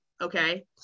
Okay